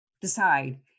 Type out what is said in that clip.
decide